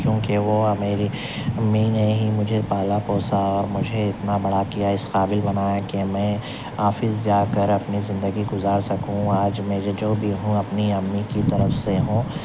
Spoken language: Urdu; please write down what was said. کیونکہ وہ میری امی نے ہی مجھے پالا پوسا اور مجھے اتنا بڑا کیا اس قابل بنایا کہ میں آفس جا کر اپنی زندگی گزار سکوں آج میں یہ جو بھی ہوں اپنی امی کی طرف سے ہوں